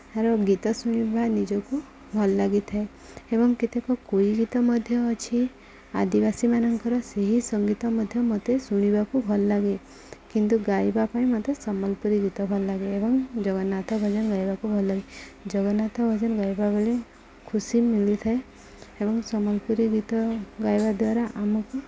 ତା'ର ଗୀତ ଶୁଣିବା ନିଜକୁ ଭଲ ଲାଗିଥାଏ ଏବଂ କେତେକ କୁଇ ଗୀତ ମଧ୍ୟ ଅଛି ଆଦିବାସୀମାନଙ୍କର ସେହି ସଙ୍ଗୀତ ମଧ୍ୟ ମୋତେ ଶୁଣିବାକୁ ଭଲ ଲାଗେ କିନ୍ତୁ ଗାଇବା ପାଇଁ ମୋତେ ସମ୍ବଲପୁରୀ ଗୀତ ଭଲ ଲାଗେ ଏବଂ ଜଗନ୍ନାଥ ଭଜନ ଗାଇବାକୁ ଭଲ ଲାଗେ ଜଗନ୍ନାଥ ଭଜନ ଗାଇବାବେଳେ ଖୁସି ମିଳିଥାଏ ଏବଂ ସମ୍ବଲପୁରୀ ଗୀତ ଗାଇବା ଦ୍ୱାରା ଆମକୁ